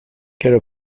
quelle